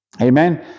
Amen